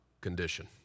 condition